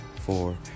four